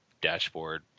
dashboard